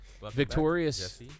Victorious